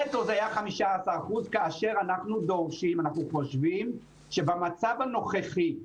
בנטו זה היה 15%. ואנחנו דורשים שבמצב הנוכחי,